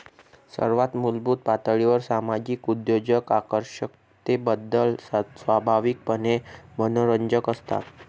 सर्वात मूलभूत पातळीवर सामाजिक उद्योजक आकर्षकतेबद्दल स्वाभाविकपणे मनोरंजक असतात